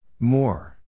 More